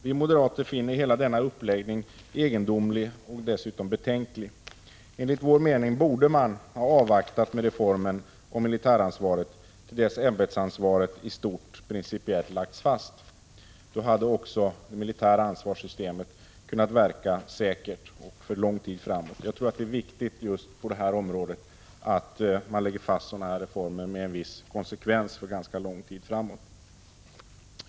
Vi moderater finner hela denna uppläggning egendomlig och dessutom betänklig. Enligt vår mening borde man ha avvaktat med reformen om militäransvaret till dess ämbetsansvaret i stort principiellt lagts fast. Då hade också det militära ansvarssystemet kunnat verka säkert och för lång tid framåt. Jag tror att det är viktigt att man just på det här området lägger fast reformer med en viss konsekvens för ganska lång tid framöver.